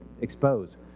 expose